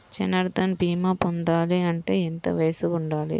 జన్ధన్ భీమా పొందాలి అంటే ఎంత వయసు ఉండాలి?